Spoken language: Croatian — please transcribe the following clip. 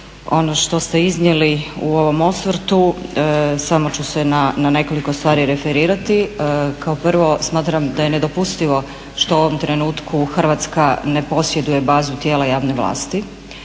ono što ste iznijeli u ovom osvrtu, samo ću se na nekoliko stvari referirati. Kao prvo smatram da je nedopustivo što u ovom trenutku Hrvatska ne posjeduje bazu tijela javne vlasti.